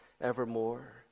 evermore